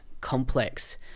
complex